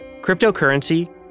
Cryptocurrency